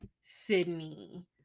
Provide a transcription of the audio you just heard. sydney